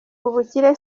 ubukire